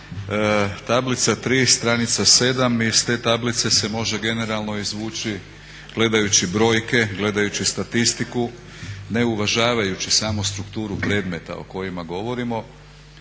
tablica 3. stranica 7. i iz te tablice se može generalno izvući gledajući brojke, gledajući statistiku ne uvažavajući samo strukturu predmeta o kojima govorimo